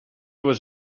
was